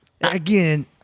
Again